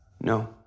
No